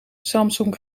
samsung